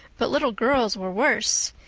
but little girls were worse.